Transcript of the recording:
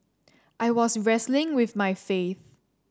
I was wrestling with my faith